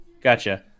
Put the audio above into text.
gotcha